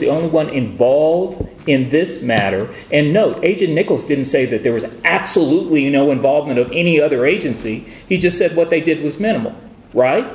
the only one in ball in this matter and no agent nichols didn't say that there was absolutely no involvement of any other agency he just said what they did was minimal right